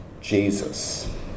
Jesus